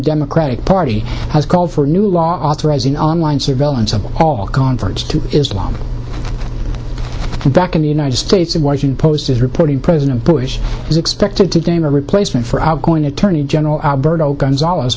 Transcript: democratic party has called for a new law authorizing online surveillance of all convert to islam back in the united states the washington post is reporting president bush is expected to gain a replacement for outgoing attorney general alberto gonzales